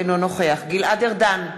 אינו נוכח גלעד ארדן,